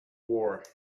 war